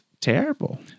terrible